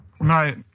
No